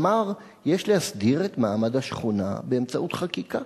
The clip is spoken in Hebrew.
אמר: "יש להסדיר את מעמד השכונה באמצעות חקיקה".